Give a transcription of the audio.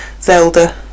Zelda